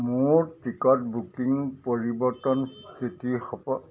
মোৰ ticket booking পৰিৱৰ্তন স্থিতি